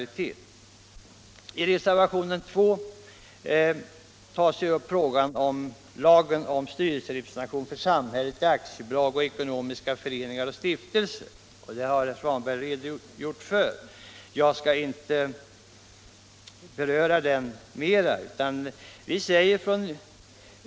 I reservationen 2 tas upp frågan om styrelserepresentation för samhället i aktiebolag, ekonomiska föreningar och stiftelser. Herr Svanberg har redogjort för den reservationen.